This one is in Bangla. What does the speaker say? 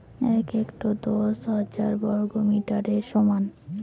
এক হেক্টর দশ হাজার বর্গমিটারের সমান